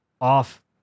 off